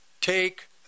take